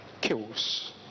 kills